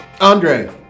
Andre